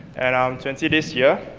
and i'm twenty this year.